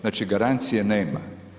Znači garancije nema.